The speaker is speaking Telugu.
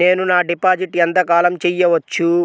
నేను డిపాజిట్ ఎంత కాలం చెయ్యవచ్చు?